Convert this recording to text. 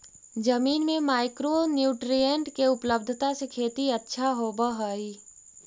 जमीन में micro nutrient के उपलब्धता से खेती अच्छा होब हई